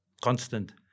constant